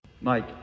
Mike